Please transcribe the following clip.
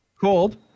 Cold